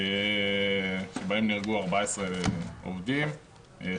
בהם נהרגו 14 עובדים,